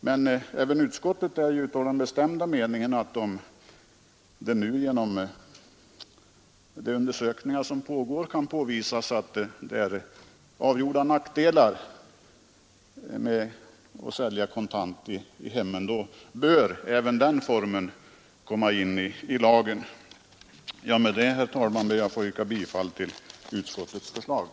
Men även utskottet är av den bestämda meningen att om det genom de undersökningar som pågår kan påvisas att kontantföräljning i hemmen har avgjorda nackdelar, bör även den formen av försäljning tas med i lagen. Med detta, herr talman, ber jag att få yrka bifall till utskottets hemställan.